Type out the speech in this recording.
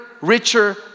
richer